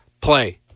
play